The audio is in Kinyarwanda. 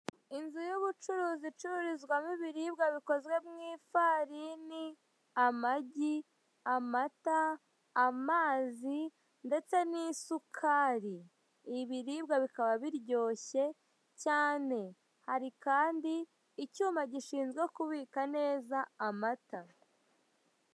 Inzu y'ubucuruzi icururizwamo ibiribwa bikozwe mu ifarini, amagi, amata, amazi ndetse n'isukari, ibiribwa bikaba biryoshye cyane hari kandi icyuma gishinzwe kubika amata.